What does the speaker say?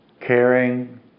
caring